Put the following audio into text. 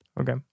Okay